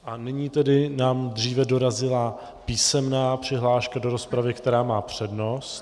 A nyní tedy nám dříve dorazila písemná přihláška do rozpravy, která má přednost.